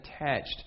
attached